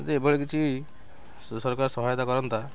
ଏଭଳି କିଛି ସରକାର ସହାୟତା କରନ୍ତା